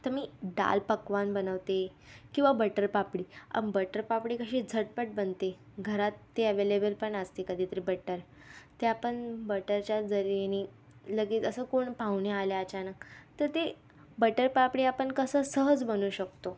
तर मी डाल पक्क्वान बनवते किंवा बटर पापडी बटर पापडी कशी झटपट बनते घरात ती ॲवेलेबल पण असते कधी तरी बटर ते आपण बटरच्या जरीयेनी लगेच असं कोण पाहुणे आले अचानक तर ते बटर पापडी आपण कसं सहज बनवू शकतो